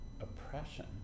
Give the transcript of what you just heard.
oppression